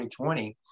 2020